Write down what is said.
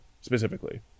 specifically